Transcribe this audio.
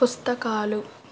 పుస్తకాలు